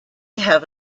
have